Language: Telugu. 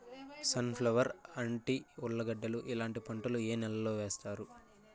సన్ ఫ్లవర్, అంటి, ఉర్లగడ్డలు ఇలాంటి పంటలు ఏ నెలలో వేస్తారు?